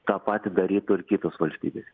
tą patį darytų ir kitos valstybės